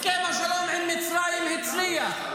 הסכם עם מצרים הצליח,